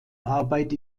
arbeit